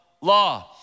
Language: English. law